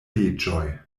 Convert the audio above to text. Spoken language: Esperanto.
leĝoj